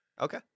Okay